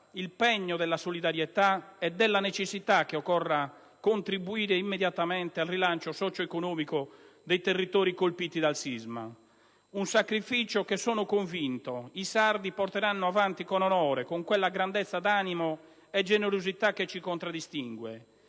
il pegno della solidarietà e della necessità che occorra contribuire immediatamente al rilancio socioeconomico dei territori colpiti dal sisma. È un sacrificio che, sono convinto, i sardi porteranno avanti con onore, con quella grandezza d'animo e generosità che ci contraddistingue.